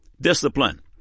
Discipline